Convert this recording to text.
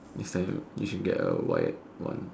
next time you should get a wired one